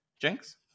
jinx